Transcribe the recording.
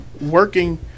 working